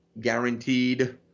guaranteed